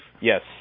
Yes